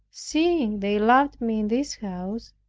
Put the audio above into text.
seeing they loved me in this house,